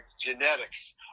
genetics